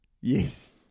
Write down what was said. Yes